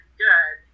good